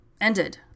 ended